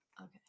Okay